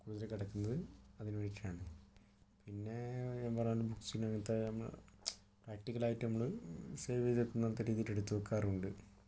കൂടുതൽ കിടക്കുന്നത് അതിനു വേണ്ടിയിട്ടാണ് പിന്നെ ഞാൻ പറഞ്ഞ പോലെ ബുക്സിന് അങ്ങനത്തെ പ്രാക്ടിക്കൽ ആയിട്ട് നമ്മള് സേവ് ചെയ്തു വെക്കുന്ന രീതിയില് എടുത്ത് വെക്കാറുമുണ്ട്